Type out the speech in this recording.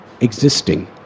existing